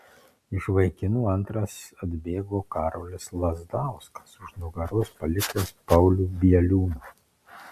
iš vaikinų antras atbėgo karolis lazdauskas už nugaros palikęs paulių bieliūną